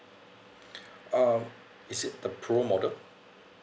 um is it the pro model